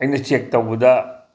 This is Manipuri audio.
ꯑꯩꯅ ꯆꯦꯛ ꯇꯧꯕꯗ